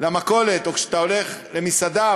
למכולת או כשאתה הולך למסעדה,